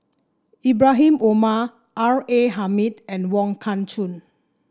Ibrahim Omar R A Hamid and Wong Kah Chun